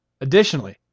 Additionally